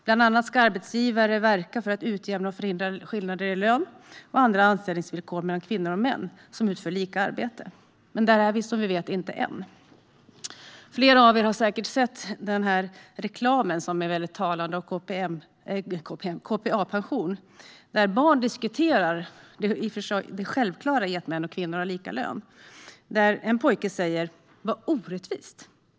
Bland annat ska arbetsgivare verka för att utjämna och förhindra skillnader i löner och andra anställningsvillkor mellan kvinnor och män som utför lika arbete. Men där är vi, som vi vet, inte än. Flera av er har säkert sett den väldigt talande reklamfilmen från KPA Pension. Barn diskuterar där det självklara i att män och kvinnor ska ha lika lön. En pojke säger: Vad orättvist!